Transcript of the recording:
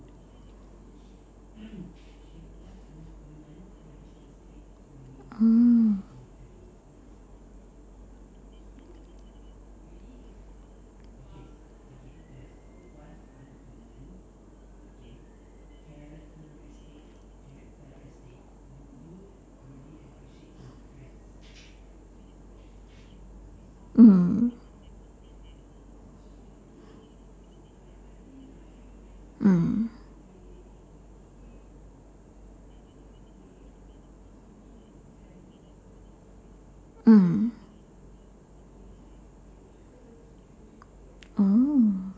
oh mm mm mm oh